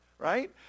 right